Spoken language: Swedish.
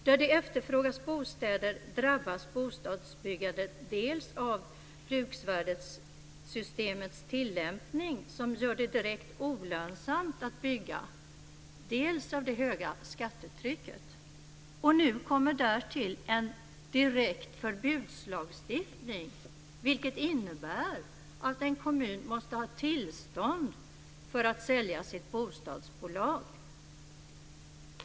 Där det efterfrågas bostäder drabbas bostadsbyggandet dels av bruksvärdessystemets tillämpning som gör det direkt olönsamt att bygga, dels av det höga skattetrycket. Och nu kommer därtill en direkt förbudslagstiftning, vilket innebär att en kommun måste ha tillstånd att sälja sitt bostadsbolag.